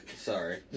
Sorry